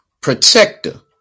protector